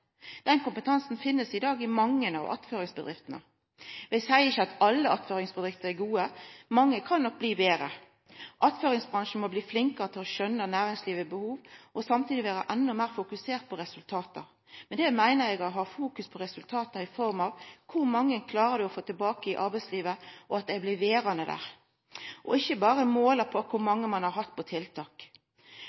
Den kompetansen finst i dag i mange av attføringsbedriftene. Vi seier ikkje at alle attføringsbedriftene er gode, mange kan nok bli betre. Attføringsbransjen må bli flinkare til å skjøna næringslivets behov og samtidig vera endå meir fokusert på resultat. Med det meiner eg å ha merksemd på resultat i form av kor mange ein klarer å få tilbake i arbeidslivet, og som blir verande der – ikkje berre måla kor mange ein har hatt på tiltak.